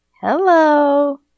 Hello